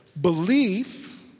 Belief